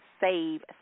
save